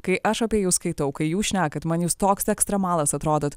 kai aš apie jus skaitau kai jūs šnekat man jūs toks ekstremalas atrodot